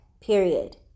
period